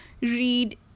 read